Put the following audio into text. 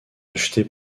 acheté